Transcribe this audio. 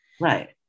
Right